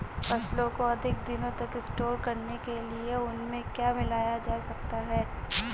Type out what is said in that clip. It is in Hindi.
फसलों को अधिक दिनों तक स्टोर करने के लिए उनमें क्या मिलाया जा सकता है?